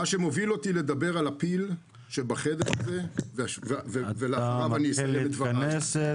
זה מה שמוביל אותי לדבר על הפיל שבחדר הזה -- אתה מתחיל להתכנס,